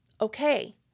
okay